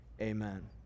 Amen